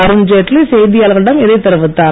அருண்ஜேட்லி செய்தியாளர்களிடம் இதை தெரிவித்தார்